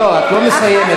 לא, את לא מסיימת.